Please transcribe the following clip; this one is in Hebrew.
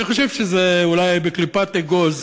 ואני חושב שזה, אולי, בקליפת אגוז